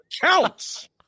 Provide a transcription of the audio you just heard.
counts